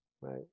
right